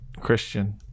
Christian